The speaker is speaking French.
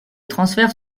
transferts